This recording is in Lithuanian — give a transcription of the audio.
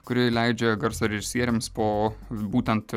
kuri leidžia garso režisieriams po būtent